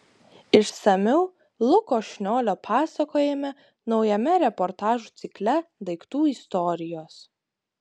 išsamiau luko šniolio pasakojime naujame reportažų cikle daiktų istorijos